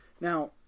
Now